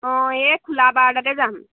অঁ এই খোলা বাৰ তাতে যাম